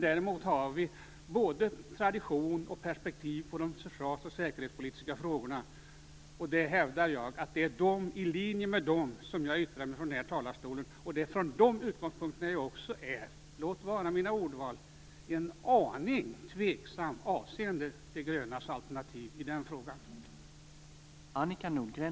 Däremot har vi både tradition och perspektiv på de försvars och säkerhetspolitiska frågorna, och jag hävdar att det är i linje med dem jag yttrar mig från den här talarstolen. Det är också från de utgångspunkterna jag är - låt vara mina ordval - en aning tveksam avseende de grönas alternativ i den här frågan.